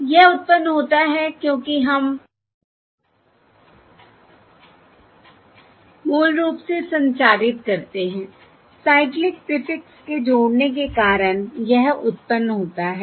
यह उत्पन्न होता है क्योंकि हम मूल रूप से संचारित करते हैं साइक्लिक प्रीफिक्स के जोङने के कारण यह उत्पन्न होता है